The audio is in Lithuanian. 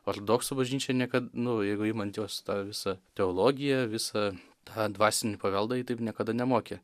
ortodoksų bažnyčia niekad nu jeigu imant jos tą visą teologiją visą tą dvasinį paveldą ji taip niekada nemokė